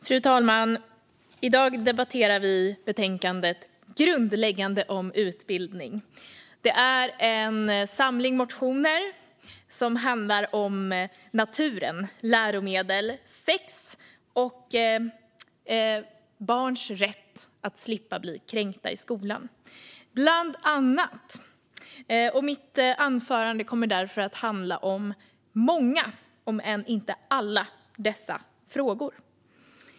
Fru talman! I dag debatterar vi betänkandet Grundläggande om utbildning . Det är en samling motioner som bland annat handlar om naturen, läromedel, sex och barns rätt att slippa bli kränkta i skolan. Mitt anförande kommer därför att handla om många av dessa frågor, om än inte alla.